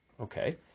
Okay